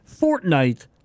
Fortnite